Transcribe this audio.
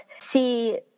see